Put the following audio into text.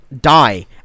Die